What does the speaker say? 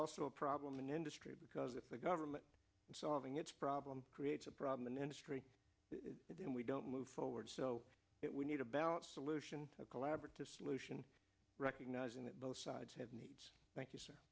also a problem in industry because if the government solving its problems creates a problem in industry and then we don't move forward so we need a balanced solution a collaborative solution recognizing that both sides have needs thank you s